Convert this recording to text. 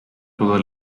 toda